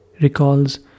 recalls